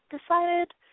decided